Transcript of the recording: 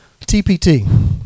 TPT